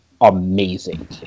amazing